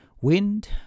wind